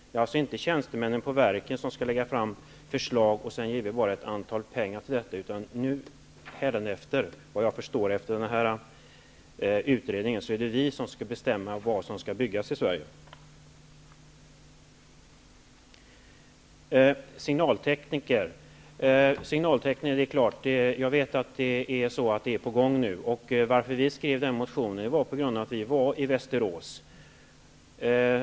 Det är alltså inte tjänstemännen på verket som skall lägga fram förslag och vi bara bevilja en viss summa pengar till det, utan hädanefter är det vi som skall bestämma vad som skall byggas i Sverige enligt vad jag kan förstå av den här utredningen. Jag vet att det nu är på gång en ökad utbildning av signaltekniker. Vi skrev vår motion på grund av att vi var i Västerås.